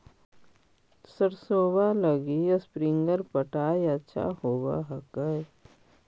सरसोबा लगी स्प्रिंगर पटाय अच्छा होबै हकैय?